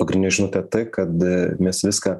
pagrindinė žinutė tai kad mes viską